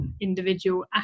individual